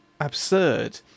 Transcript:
absurd